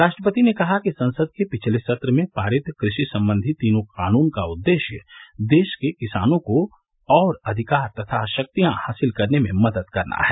राष्ट्रपति ने कहा कि संसद के पिछले सत्र में पारित कृषि संबंधी तीनों कानूनों का उद्देश्य देश के किसानों को और अधिकार तथा शक्तियां हासिल करने में मदद करना है